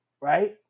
right